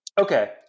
Okay